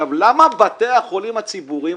למה בתי החולים הציבוריים,